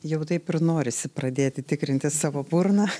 jau taip ir norisi pradėti tikrintis savo burną